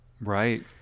right